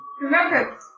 Remember